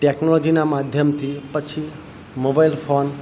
ટેકનોલોજીના માધ્યમથી પછી મોબાઈલ ફોન